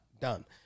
done